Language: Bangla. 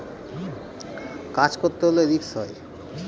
কাজ করতে হলে রিস্ক হয়